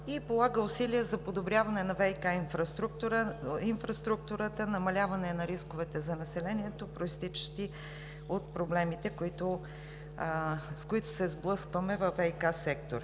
и полага усилия за подобряване на ВиК инфраструктурата, намаляване на рисковете за населението, произтичащи от проблемите, с които се сблъскваме във ВиК сектора.